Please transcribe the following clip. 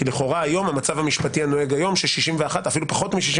לכאורה המצב המשפטי הנוהג היום שאפילו פחות מ-61